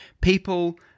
people